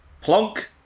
Plonk